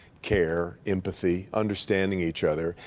care, empathy, understanding each other,